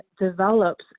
develops